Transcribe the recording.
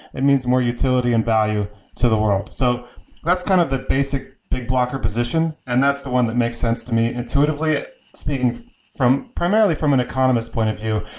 it means more utility and value to the world. so that's kind of the basic big blocker position, and that's the one that makes sense to me intuitively speaking primarily from an economist point of view,